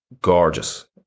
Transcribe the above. gorgeous